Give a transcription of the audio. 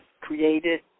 created